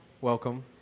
Welcome